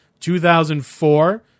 2004